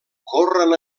corren